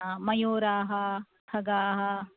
मयूराः खगाः